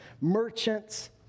merchants